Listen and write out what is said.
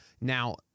Now